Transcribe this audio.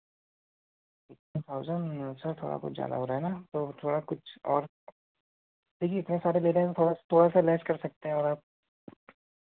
twenty thousand sir थोड़ा बहुत ज़्यादा हो रहा है ना तो थोड़ा कुछ और देखिए इतने सारे ले रहे हैं तो थोड़ा सा थोड़ा सा लेस कर सकते हैं और आप